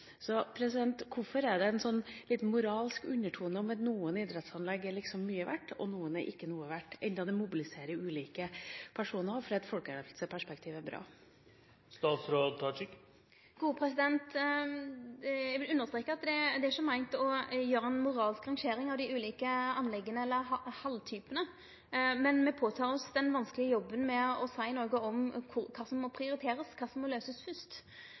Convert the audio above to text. Hvorfor er det en liten moralsk undertone om at noen idrettsanlegg er mye verdt, og noen er ikke noe verdt, enda det mobiliserer ulike personer og fra et folkehelseperspektiv er bra? Eg vil understreke at det er ikkje meint å gjere ei moralsk rangering av dei ulike anlegga eller halltypane, men me tar på oss den vanskelege jobben med å seie noko om kva som må prioriterast, kva som må løysast først.